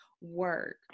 work